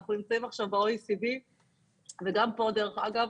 אנחנו נמצאים עכשיו ב-OECD וגם פה, דרך אגב,